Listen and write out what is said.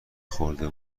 خورده